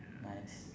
nice